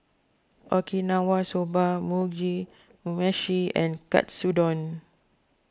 Okinawa Soba Mugi Meshi and Katsudon